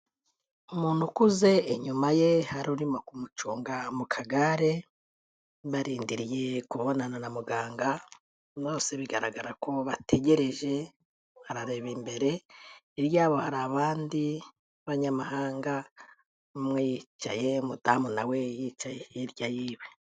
Umuntu ukuze, inyuma ye hari urimo kumucunga mu kagare, barindiriye kubonana na muganga, bose bigaragara ko bategereje, barareba imbere, hirya yabo hari abandi banyamahanga, umwe yicaye, umadamu nawe yicaye hirya yiwe.